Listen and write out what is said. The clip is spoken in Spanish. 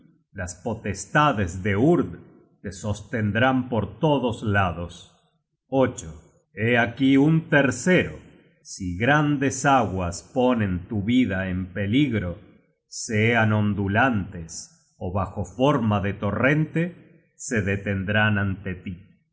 las potestades de urd te sostendrán por todos lados hé aquí un tercero si grandes aguas ponen tu vida en peligro sean ondulantes ó bajo forma de torrente se detendrán ante tí